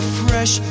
fresh